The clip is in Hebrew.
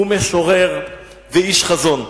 הוא משורר ואיש חזון.